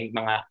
mga